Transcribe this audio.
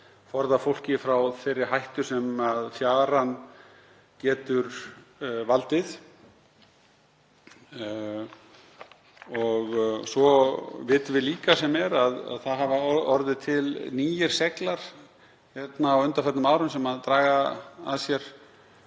forða fólki frá þeirri hættu sem fjaran getur valdið. Svo vitum við líka sem er að orðið hafa til nýir seglar á undanförnum árum sem draga að sér